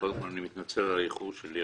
קודם כל אני מתנצל על האיחור שלי,